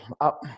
up